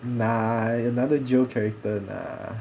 nah another geo character nah